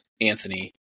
Anthony